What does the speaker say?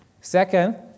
Second